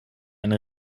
eine